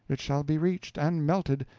it shall be reached and melted,